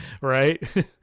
right